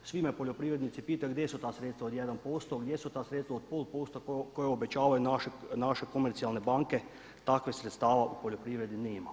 Svi me poljoprivrednici pitaju gdje su ta sredstva od 1%, gdje su ta sredstva od 0,5% koja obećavaju naše komercijalne banke takvih sredstava u poljoprivredi nema.